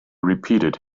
repeated